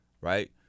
right